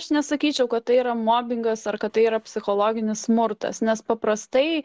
na aš nesakyčiau kad tai yra mobingas ar kad tai yra psichologinis smurtas nes paprastai